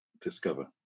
discover